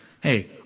Hey